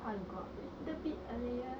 then sometimes I will